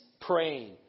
praying